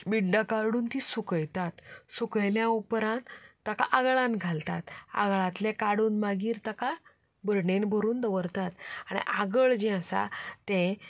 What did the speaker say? बिंडा काडून तीं सुकयतात सुकयल्या उपरांत ताका आगळांत घालतात आगळांतलें काडून मागीर तें भरणेंत भरून दवरतात आनी आगळ जें आसा तें